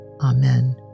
Amen